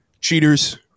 cheaters